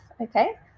okay